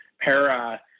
para